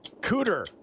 Cooter